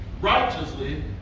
righteously